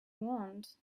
want